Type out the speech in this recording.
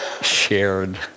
shared